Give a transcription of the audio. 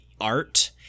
art